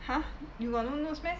!huh! you got no notes meh